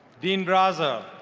dean braza,